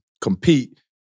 compete